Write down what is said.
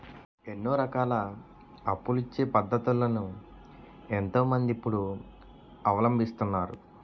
ఎన్నో రకాల అప్పులిచ్చే పద్ధతులను ఎంతో మంది ఇప్పుడు అవలంబిస్తున్నారు